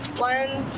one,